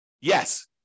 Yes